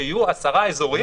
שיהיו 10 אזורים,